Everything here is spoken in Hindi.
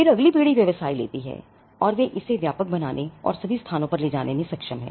फिर अगली पीढ़ी व्यवसाय लेती है और वे इसे व्यापक बनाने और सभी स्थानों पर ले जाने में सक्षम है